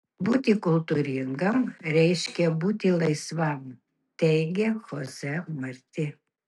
būti kultūringam reiškia būti laisvam teigia chose marti